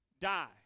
die